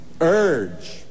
urge